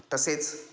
तसेच